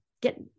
get